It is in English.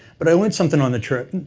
but i learned something on the trip. and